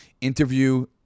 interview